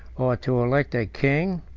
or to elect a king,